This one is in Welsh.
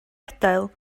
adael